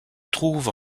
trouve